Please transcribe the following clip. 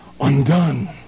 undone